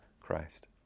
Christ